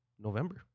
November